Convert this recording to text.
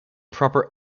proper